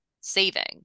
saving